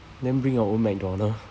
then bring your own mcdonald